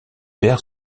perd